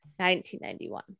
1991